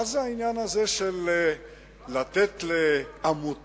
מה זה העניין הזה של לתת לעמותות